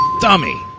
Dummy